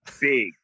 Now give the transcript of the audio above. big